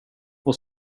och